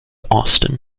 austin